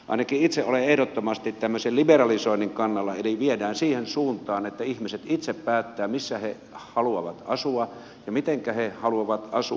ainakin itse olen ehdottomasti tällaisen liberalisoinnin kannalla eli viedään siihen suuntaan että ihmiset itse päättävät missä he haluavat asua ja mitenkä he haluavat asua